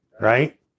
right